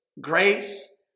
grace